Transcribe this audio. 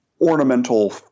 ornamental